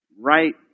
Right